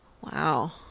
Wow